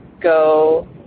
go